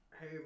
hey